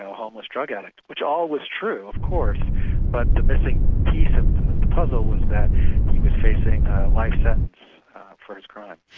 homeless drug addict. which all was true of course but the missing piece of the puzzle was that he was facing a life sentence for his crime.